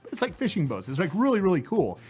it's like fishing boats, it's like really, really cool.